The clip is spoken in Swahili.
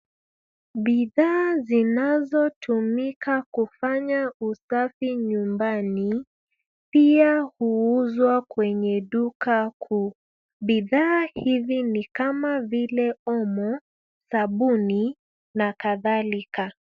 Bidhaa zinazotumika kufanya usafi nyumbani pia huuzwa kwenye duka kuu. Bidhaa hizi ni kama vile omo, sabuni na kadhalika.